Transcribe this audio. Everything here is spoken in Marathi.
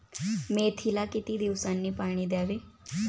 मेथीला किती दिवसांनी पाणी द्यावे?